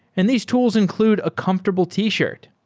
and these tools include a comfortable t-shirt.